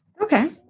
Okay